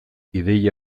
ideia